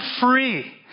free